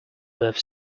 birth